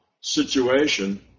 situation